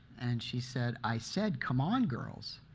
and she said, i said, come on girls.